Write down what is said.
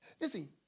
Listen